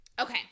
Okay